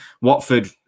watford